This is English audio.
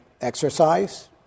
exercise